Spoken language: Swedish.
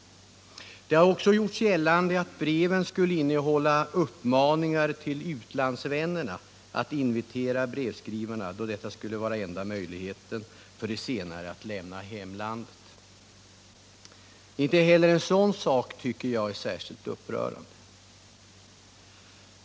Det har också gjorts gällande att breven skulle innehålla uppmaningar till utlandsvännerna att invitera brevskrivarna, då detta skulle vara enda möjligheten för dem att lämna hemlandet. Inte heller en sådan sak tycker jag är särskilt upprörande.